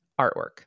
artwork